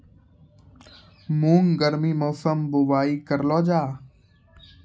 मूंग गर्मी मौसम बुवाई करलो जा?